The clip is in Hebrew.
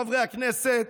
חברי הכנסת,